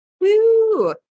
Woo